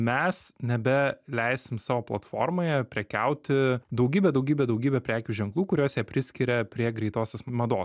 mes nebeleisim savo platformoje prekiauti daugybė daugybė daugybė prekių ženklų kuriuos jie priskiria prie greitosios mados